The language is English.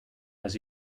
has